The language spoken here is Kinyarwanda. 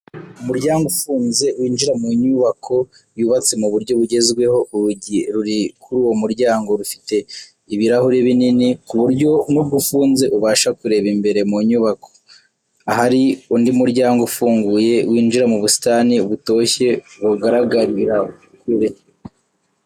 Umuryango ufunze winjira mu nyubako yubatse mu buryo bugezweho, urugi ruri kuri uwo muryango rufite ibirahuri binini ku buryo nubwo ufunze ubasha kureba imbere mu nyubako, ahari undi muryango ufunguye winjira mu busitani butoshye bugaragarira kure.